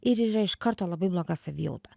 ir yra iš karto labai bloga savijauta